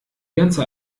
ganze